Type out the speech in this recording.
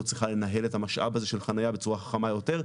צריכה לנהל את המשאב הזה של חניה בצורה חכמה יותר,